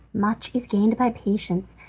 much is gained by patience,